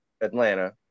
Atlanta